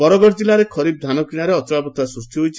ବରଗଡ଼ କିଲ୍ଲାରେ ଖରିଫ ଧାନ କିଶାରେ ଅଚଳାବସ୍କା ସୃଷ୍କ ହୋଇଛି